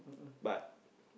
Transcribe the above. but